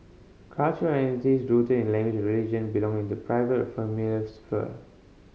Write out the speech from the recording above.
cultural identities rooted in language or religion belong in the private familial sphere